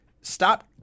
stop